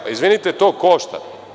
Izvinite, to košta.